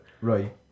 Right